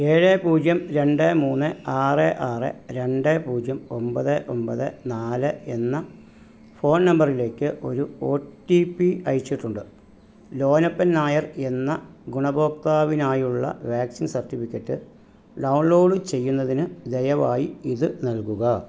ഏഴ് പൂജ്യം രണ്ട് മൂന്ന് ആറ് ആറ് രണ്ട് പൂജ്യം ഒൻപത് ഒൻപത് നാല് എന്ന എന്ന ഫോൺ നമ്പറിലേക്ക് ഒരു ഒ ടി പി അയച്ചിട്ടുണ്ട് ലോനപ്പൻ നായർ എന്ന ഗുണഭോക്താവിനായുള്ള വാക്സിൻ സർട്ടിഫിക്കറ്റ് ഡൗൺലോഡ് ചെയ്യുന്നതിന് ദയവായി ഇത് നൽകുക